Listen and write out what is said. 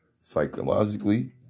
psychologically